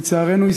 לצערנו,